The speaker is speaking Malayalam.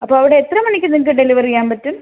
അപ്പോൾ അവിടെ എത്ര മണിക്ക് നിങ്ങൾക്ക് ഡെലിവർ ചെയ്യാൻ പറ്റും